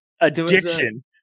Addiction